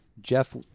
Jeff